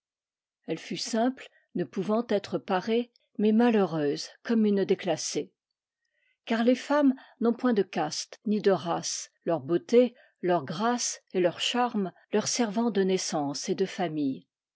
elle fut simple ne pouvant être parée mais malheureuse comme une déclassée car les femmes n'ont point de caste ni de race leur beauté leur grâce et leur charme leur servant de naissance et de famille